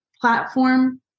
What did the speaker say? platform